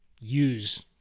use